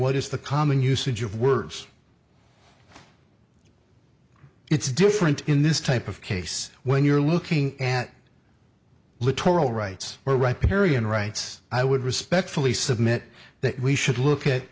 what is the common usage of words it's different in this type of case when you're looking at literal rights or right parian rights i would respectfully submit that we should look at